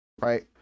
Right